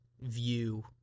view